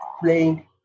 playing